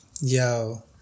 Yo